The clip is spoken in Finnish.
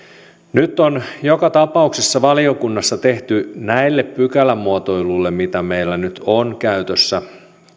nyt on joka tapauksessa valiokunnassa tehty näille pykälämuotoiluille mitä meillä nyt on käytössä